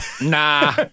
Nah